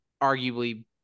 arguably